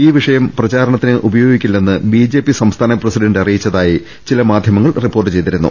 ഈ വിഷയം പ്രചാരണ ത്തിന് ഉപയോഗിക്കില്ലെന്ന് ബിജെപി സംസ്ഥാന പ്രസിഡന്റ് അറി യിച്ചതായി ചില മാധ്യമങ്ങൾ റിപ്പോർട്ട് ചെയ്തിരുന്നു